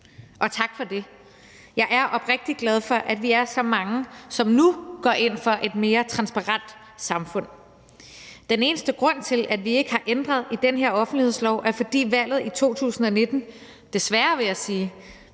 og tak for det. Jeg er oprigtig glad for, at vi er så mange, som nu går ind for et mere transparent samfund. Den eneste grund til, at vi ikke har ændret i den her offentlighedslov, er, at valget i 2019 – desværre, vil jeg sige,